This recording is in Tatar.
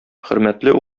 хөрмәтле